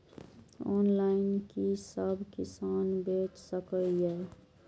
Online कि सब किसान बैच सके ये?